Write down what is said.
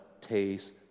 taste